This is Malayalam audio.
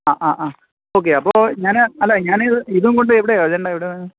ആ ആ ആ ഓക്കെ അപ്പോള് ഞാന് അല്ല ഞാന് ഇതും കൊണ്ട് എവിടെയാണു വരേണ്ടത് എവിടെ